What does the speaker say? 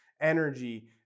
energy